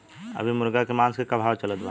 अभी मुर्गा के मांस के का भाव चलत बा?